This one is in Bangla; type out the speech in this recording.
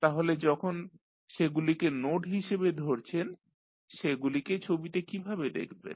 তাহলে যখন সেগুলিকে নোড হিসাবে ধরছেন সেগুলিকে ছবিতে কীভাবে দেখবেন